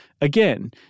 Again